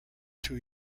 two